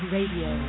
Radio